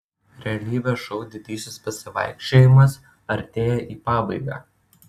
realybės šou didysis pasivaikščiojimas artėja į pabaigą